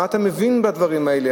מה אתה מבין בדברים האלה?